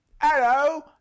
Hello